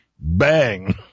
Bang